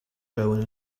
going